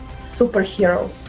superhero